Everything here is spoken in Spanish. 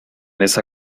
esa